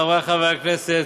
חברי חברי הכנסת,